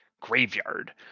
graveyard